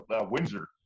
Windsor